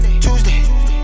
Tuesday